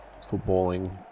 footballing